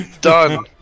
Done